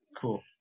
Cool